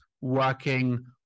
working